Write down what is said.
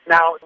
Now